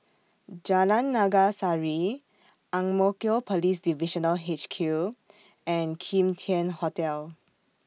Jalan Naga Sari Ang Mo Kio Police Divisional H Q and Kim Tian Hotel